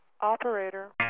Operator